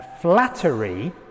Flattery